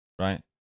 right